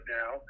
now